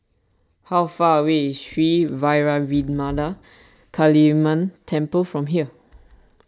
how far away is Sri Vairavimada Kaliamman Temple from here